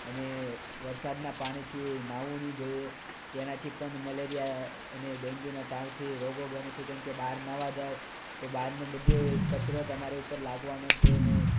અને વરસાદના પાણીથી નાહવું નહીં જોઈએ તેનાથી પણ મેલેરીયા અને ડેન્ગ્યુના તાવથી રોગો બને છે કેમ કે બહાર નાવા જાવ તો બહારનું બધું કચરો તમારે ઉપર લાગવાનો છે ને